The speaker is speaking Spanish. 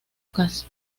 casi